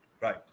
Right